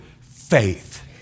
faith